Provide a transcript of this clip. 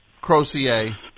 Crozier